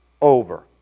over